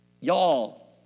y'all